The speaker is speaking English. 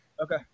okay